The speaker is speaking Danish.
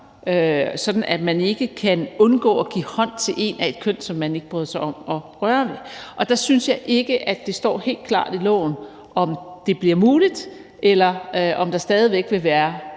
med det og undgå at give hånd til en af et køn, som man ikke bryder sig om at røre ved. Der synes jeg ikke, at det står helt klart i lovforslaget, om det bliver muligt, eller om der stadig væk vil være